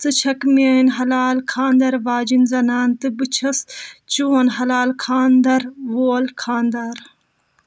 ژٕ چھَکھ میٛٲنۍ حلال خانٛدَر واجیٚنۍ زنان تہٕ بہٕ چھُس چون حلال خانٛدر وول خانٛدار